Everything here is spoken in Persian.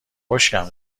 خشکم